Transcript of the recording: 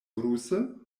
ruse